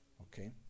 Okay